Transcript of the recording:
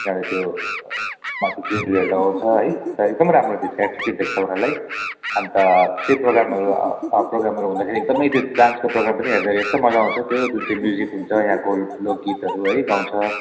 तिनीहरूले त्यो माथि ज्वेलरीहरू लगाउँछ है अन्त एकदमै राम्रो देख्छ एट्रेक्टिभ देख्छ उनीहरूलाई अन्त केही प्रोग्रामहरू प्रोग्रामहरू हुँदाखेरि एकदमै त्यो डान्सको प्रोग्रामहरू पनि हेर्दाखेरि एकदमै मजा आउँछ त्यो जुन चाहिँ म्युजिक हुन्छ यहाँको लोकगीतहरू है गाउछ